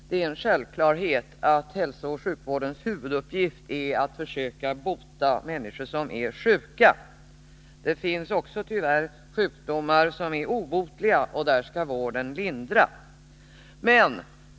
Herr talman! Det är en självklarhet att hälsooch sjukvårdens huvuduppgift är att försöka bota människor som är sjuka. Det finns tyvärr också sjukdomar som är obotliga, och i dessa fall skall vården lindra.